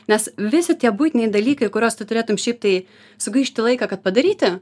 nes visi tie buitiniai dalykai kuriuos tu turėtum šiaip tai sugaišti laiką kad padaryti